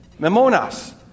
memonas